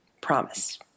Promise